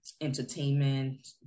entertainment